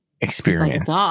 experience